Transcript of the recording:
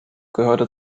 gehörte